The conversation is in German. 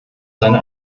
seine